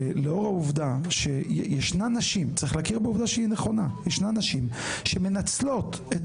צריך להכיר בעובדה שהיא נכונה שישנן נשים שמנצלות את